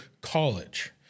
college